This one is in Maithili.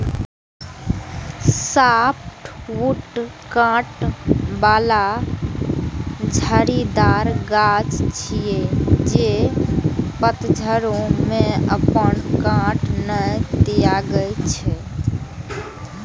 सॉफ्टवुड कांट बला झाड़ीदार गाछ छियै, जे पतझड़ो मे अपन कांट नै त्यागै छै